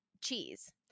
cheese